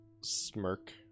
smirk